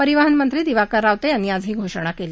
परिवहन मंत्री दिवाकर रावते यांनी आज ही घोषणा केली